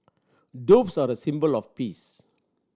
doves are a symbol of peace